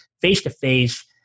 face-to-face